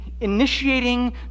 initiating